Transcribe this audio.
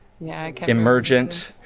emergent